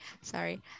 sorry